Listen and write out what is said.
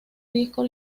disco